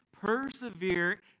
persevere